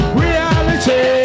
reality